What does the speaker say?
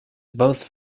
both